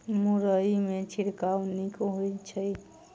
मुरई मे छिड़काव नीक होइ छै?